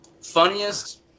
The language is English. Funniest